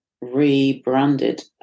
rebranded